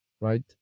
right